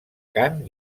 cant